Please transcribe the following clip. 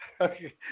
Okay